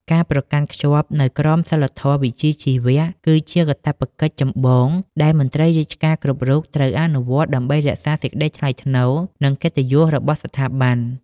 ការប្រកាន់ខ្ជាប់នូវក្រមសីលធម៌វិជ្ជាជីវៈ គឺជាកាតព្វកិច្ចចម្បងដែលមន្ត្រីរាជការគ្រប់រូបត្រូវអនុវត្តដើម្បីរក្សាសេចក្តីថ្លៃថ្នូរ និងកិត្តិយសរបស់ស្ថាប័ន។